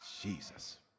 Jesus